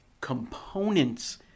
components